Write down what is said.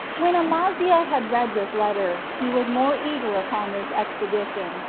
when amaziah had read this letter, he was more eager upon this expedition,